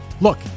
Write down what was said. Look